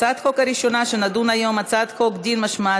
הצעת החוק הראשונה שנדון בה היום: הצעת חוק דין משמעתי